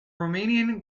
romanian